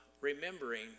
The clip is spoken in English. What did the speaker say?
Remembering